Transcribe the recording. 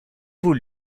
points